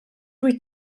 wyt